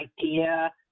idea